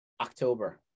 October